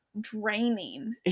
draining